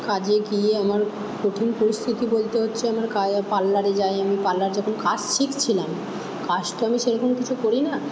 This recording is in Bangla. কাজে গিয়ে আমার কঠিন পরিস্থিতি বলতে হচ্ছে আমার কাজ পার্লারে যাই আমি পার্লারে যখন কাজ শিখছিলাম কাজ তো আমি সেরকম কিছু করি না